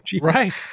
Right